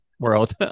world